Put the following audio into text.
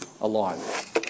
alive